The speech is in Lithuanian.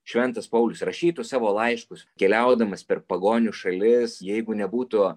šventas paulius rašytų savo laiškus keliaudamas per pagonių šalis jeigu nebūtų